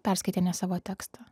perskaitė ne savo tekstą